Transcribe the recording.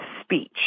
speech